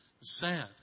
sad